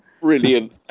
Brilliant